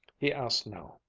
he asked now,